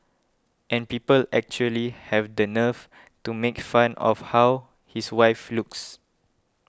and people actually have the nerve to make fun of how his wife looks